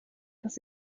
dass